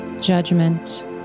judgment